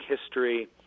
history